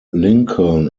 lincoln